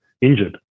injured